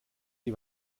die